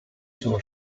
sono